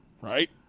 right